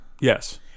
Yes